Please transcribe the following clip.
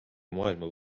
maailma